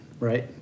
Right